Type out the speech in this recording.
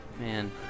Man